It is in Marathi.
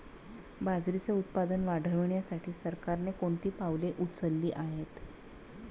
बाजरीचे उत्पादन वाढविण्यासाठी सरकारने कोणती पावले उचलली आहेत?